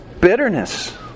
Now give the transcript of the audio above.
Bitterness